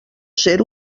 ser